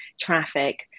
traffic